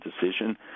decision